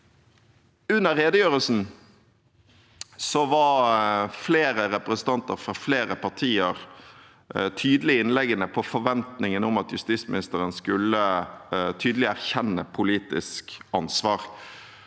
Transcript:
Under redegjørelsen var flere representanter fra flere partier tydelige i innleggene på forventningen om at justisministeren tydelig skulle erkjenne politisk ansvar.